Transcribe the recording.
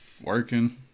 Working